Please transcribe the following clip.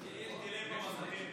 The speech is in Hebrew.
יש delay במסכים.